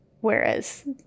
Whereas